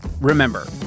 Remember